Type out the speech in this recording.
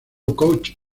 coach